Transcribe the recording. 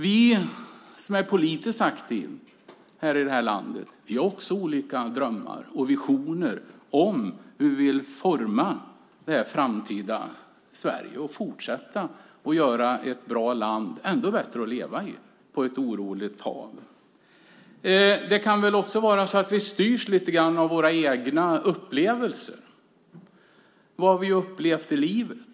Vi som är politiskt aktiva här i landet har också olika drömmar och visioner om hur vi vill forma det framtida Sverige och fortsätta att göra ett bra land ännu bättre att leva i på ett oroligt hav. Vi styrs också av våra egna upplevelser. Vad har vi upplevt i livet?